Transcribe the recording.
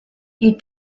you